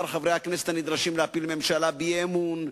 חברי הכנסת הנדרשים להפיל ממשלה באי-אמון,